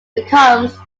becomes